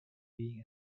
being